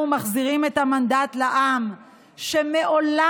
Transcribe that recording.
אנחנו מחזירים את המנדט לעם שמעולם